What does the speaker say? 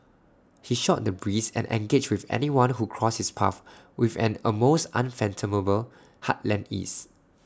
he shot the breeze and engaged with anyone who crossed his path with an almost unfathomable heartland ease